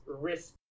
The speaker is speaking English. risk